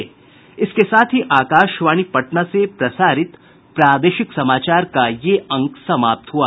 इसके साथ ही आकाशवाणी पटना से प्रसारित प्रादेशिक समाचार का ये अंक समाप्त हुआ